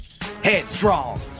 headstrong